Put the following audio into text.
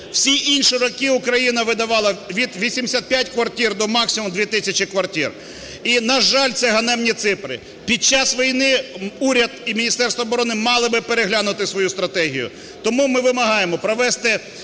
Всі інші роки Україна видавала від 85 квартир до максимум 2 тисячі квартир. І, на жаль, це ганебні цифри. Під час війни уряд і Міністерство оборони мали би переглянути свою стратегію. Тому ми вимагаємо провести